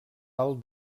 alt